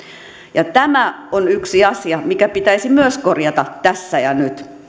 tämä on yksi asia mikä pitäisi myös korjata tässä ja nyt